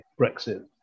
Brexit